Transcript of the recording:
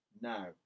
Now